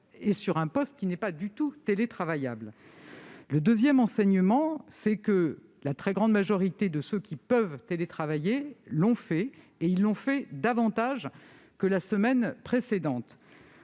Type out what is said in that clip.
est sur un poste qui n'est pas du tout télétravaillable. Deuxième enseignement : l'enquête nous montre en outre que la très grande majorité de ceux qui peuvent télétravailler l'ont fait, et ils l'ont fait davantage que la semaine précédente.